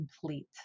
complete